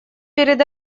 перед